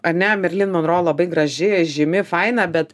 ane merlin menro labai graži žymi faina bet